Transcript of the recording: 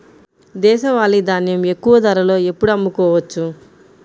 దేశవాలి ధాన్యం ఎక్కువ ధరలో ఎప్పుడు అమ్ముకోవచ్చు?